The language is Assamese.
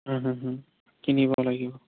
কিনিব লাগিব